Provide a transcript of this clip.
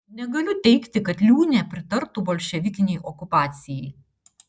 negaliu teigti kad liūnė pritartų bolševikinei okupacijai